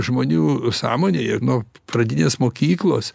žmonių sąmonėje nuo pradinės mokyklos